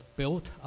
built